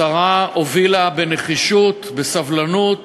השרה הובילה בנחישות, בסבלנות